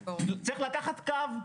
צריך ללכת קו,